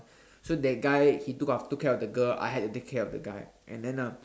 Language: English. so that guy he took care af~ took care of the girl I had to take care of the guy and then uh